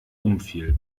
umfiel